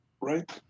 right